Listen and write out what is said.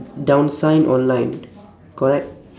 down sign online